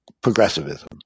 progressivism